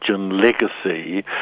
legacy